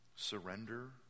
Surrender